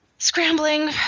scrambling